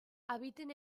habiten